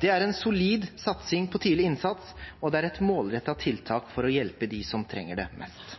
Det er en solid satsing på tidlig innsats, og det er et målrettet tiltak for å hjelpe dem som trenger det mest.